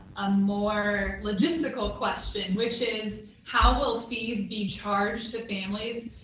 a more logistical question, which is how will fees be charged to families?